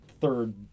third